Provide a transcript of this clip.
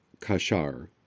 kashar